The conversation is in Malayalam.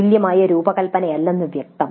അതുല്യമായ രൂപകൽപ്പനയില്ലെന്ന് വ്യക്തം